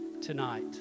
tonight